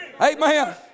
Amen